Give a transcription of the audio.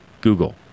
Google